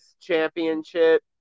championship